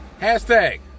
Hashtag